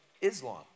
Islam